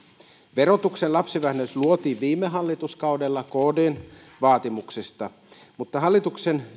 verotuksen lapsivähennys luotiin viime hallituskaudella kdn vaatimuksesta hallituksen